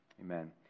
Amen